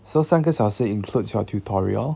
so 三个小时 includes your tutorial